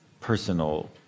personal